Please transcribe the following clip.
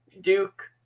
Duke